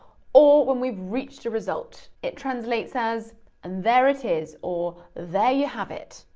or when we've reached a result. it translates as, and there it is, or there you have it.